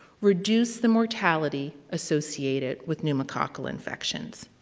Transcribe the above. reduced the mortality associated with pneumococcal infections.